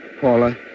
Paula